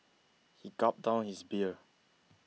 he gulp down his beer